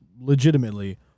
legitimately